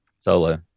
solo